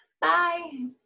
bye